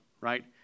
right